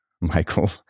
Michael